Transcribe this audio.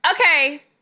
Okay